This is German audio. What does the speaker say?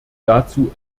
dazu